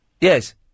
Yes